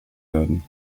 werden